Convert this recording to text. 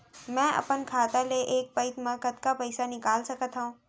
मैं अपन खाता ले एक पइत मा कतका पइसा निकाल सकत हव?